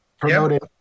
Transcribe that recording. promoted